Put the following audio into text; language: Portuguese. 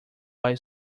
vai